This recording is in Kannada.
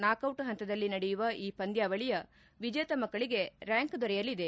ನಾಕೌಟ್ ಪಂತದಲ್ಲಿ ನಡೆಯುವ ಈ ಪಂದ್ಯಾವಳಿಯ ವಿಜೇತ ಮಕ್ಕಳಿಗೆ ರ್ಯಾಂಕ್ ದೊರೆಯಲಿದೆ